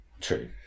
True